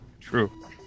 True